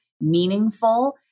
meaningful